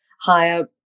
higher